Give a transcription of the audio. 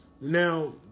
Now